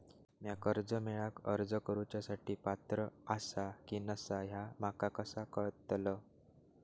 म्या कर्जा मेळाक अर्ज करुच्या साठी पात्र आसा की नसा ह्या माका कसा कळतल?